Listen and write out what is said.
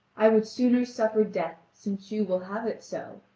i would sooner suffer death, since you will have it so.